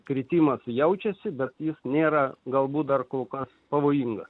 kritimas jaučiasi bet jis nėra galbūt dar kol kas pavojinga